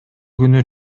күнү